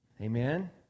Amen